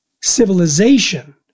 civilization